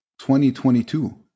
2022